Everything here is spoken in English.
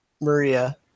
Maria